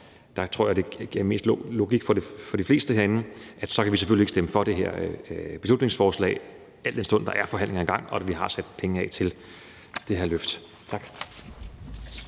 Jeg tror, at det virker mest logisk for de fleste herinde, at vi ikke kan stemme for det her beslutningsforslag, al den stund der er forhandlinger i gang og vi har sat penge af til det løft. Tak.